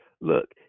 Look